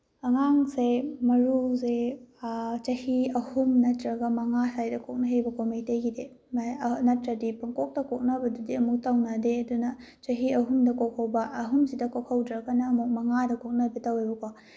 ꯑꯉꯥꯡꯁꯦ ꯃꯔꯨꯁꯦ ꯆꯍꯤ ꯑꯍꯨꯝ ꯅꯠꯇ꯭ꯔꯒ ꯃꯉꯥ ꯁꯥꯏꯗ ꯀꯣꯛꯅꯩꯕꯀꯣ ꯃꯩꯇꯩꯒꯤꯗꯤ ꯅꯠꯇ꯭ꯔꯗꯤ ꯄꯨꯡꯀꯣꯛꯇ ꯀꯣꯛꯅꯕꯗꯨꯗꯤ ꯑꯃꯨꯛ ꯇꯧꯅꯗꯦ ꯑꯗꯨꯅ ꯆꯍꯤ ꯑꯍꯨꯝꯗ ꯀꯣꯛꯍꯧꯕ ꯑꯍꯨꯝꯁꯤꯗ ꯀꯣꯛꯍꯧꯗ꯭ꯔꯒꯅ ꯑꯃꯨꯛ ꯃꯉꯥꯗ ꯀꯣꯛꯅꯕ ꯇꯧꯋꯦꯕꯀꯣ